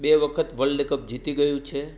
બે વખત વલ્ડકપ જીતી ગયું છે